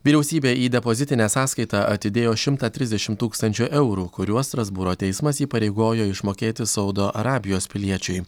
vyriausybė į depozitinę sąskaitą atidėjo šimtą trisdešim tūkstančių eurų kuriuos strasbūro teismas įpareigojo išmokėti saudo arabijos piliečiui